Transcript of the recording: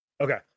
Okay